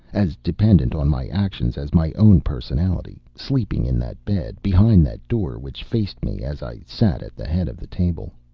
as dependent on my actions as my own personality, sleeping in that bed, behind that door which faced me as i sat at the head of the table.